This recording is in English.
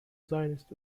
zionist